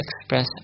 express